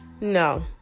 no